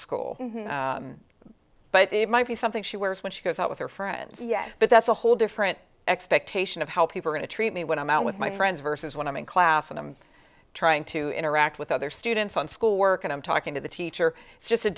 school but it might be something she wears when she goes out with her friends but that's a whole different expectation of how people going to treat me when i'm out with my friends versus when i'm in class and i'm trying to interact with other students on schoolwork and i'm talking to the teacher it's just a